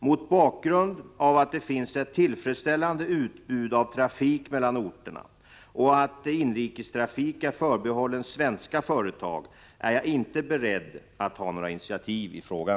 Mot bakgrund av att det finns ett tillfredsställande utbud av trafik mellan orterna och att inrikestrafik är förbehållen svenska företag är jag inte beredd att ta några initiativ i frågan.